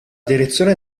direzione